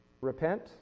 Repent